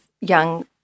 young